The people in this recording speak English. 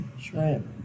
shrimp